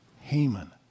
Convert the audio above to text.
Haman